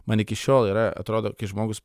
man iki šiol yra atrodo kai žmogus